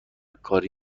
کاری